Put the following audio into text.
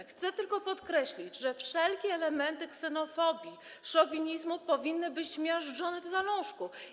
Chcę tylko podkreślić, że wszelkie elementy ksenofobii, szowinizmu powinny być miażdżone w zalążku.